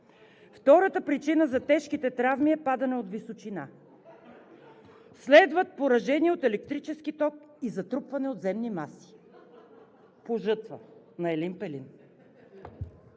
Втората причина за тежките травми е падане от височина. (Смях.) Следват поражения от електрически ток и затрупване от земни маси“ – „По жътва“ на Елин Пелин?!